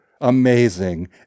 amazing